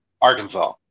Arkansas